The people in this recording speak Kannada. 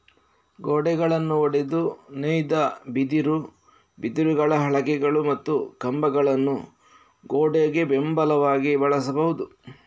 ಗೋಡೆಗಳನ್ನು ಒಡೆದು ನೇಯ್ದ ಬಿದಿರು, ಬಿದಿರಿನ ಹಲಗೆಗಳು ಮತ್ತು ಕಂಬಗಳನ್ನು ಗೋಡೆಗೆ ಬೆಂಬಲವಾಗಿ ಬಳಸಬಹುದು